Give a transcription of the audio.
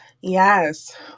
Yes